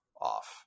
off